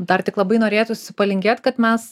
dar tik labai norėtųsi palinkėt kad mes